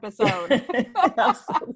episode